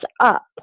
up